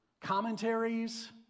commentaries